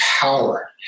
power